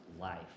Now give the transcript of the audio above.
life